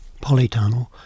polytunnel